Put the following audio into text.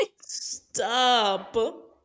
stop